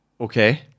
Okay